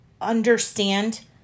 understand